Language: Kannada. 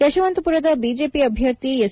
ಯಶವಂತಪುರದ ಬಿಜೆಪಿ ಅಭ್ಯರ್ಥಿ ಎಸ್